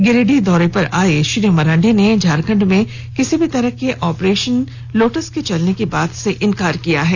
गिरिडीह दौरे पर आये श्री मरांडी ने झारखंड में किसी भी तरह के ऑपरेशन लोटस के चलने की बात से इनकार किया है